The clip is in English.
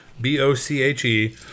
B-O-C-H-E